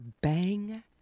bang